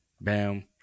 Bam